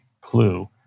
clue